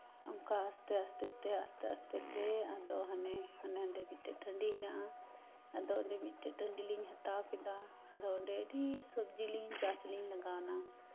ᱚᱱᱠᱟ ᱟᱥᱛᱮᱼᱟᱥᱛᱮᱼᱟᱥᱛᱮᱼᱟᱥᱛᱮ ᱛᱮ ᱟᱫᱚ ᱦᱟᱱᱮ ᱦᱟᱸᱰᱮ ᱴᱟᱸᱰᱤ ᱦᱮᱱᱟᱜᱼᱟ ᱟᱫᱚ ᱚᱸᱰᱮ ᱢᱤᱫᱴᱮᱡ ᱴᱟᱸᱰᱤ ᱞᱤᱧ ᱦᱟᱛᱟᱣ ᱠᱮᱫᱟ ᱟᱫᱚ ᱟᱹᱰᱤ ᱥᱚᱵᱡᱤᱞᱤᱧ ᱪᱟᱥ ᱞᱤᱧ ᱞᱟᱜᱟᱣᱱᱟ